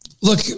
Look